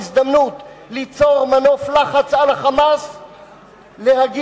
ההזדמנות ליצור מנוף לחץ על ה"חמאס"; להגיד: